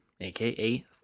aka